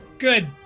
Good